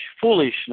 foolishness